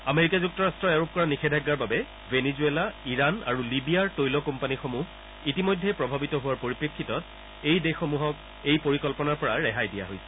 America যুক্তৰাট্টই আৰোপ কৰা নিষেধাজ্ঞাৰ বাবে ভেনিজুৱেলা ইৰাণ আৰু লিবিয়াৰ তৈল কোম্পানীসমূহ ইতিমধ্যেই প্ৰভাৱিত হোৱাৰ পৰিপ্ৰেক্ষিতত এই দেশসমূহক এই পৰিকল্পনাৰ পৰা ৰেহাই দিয়া হৈছে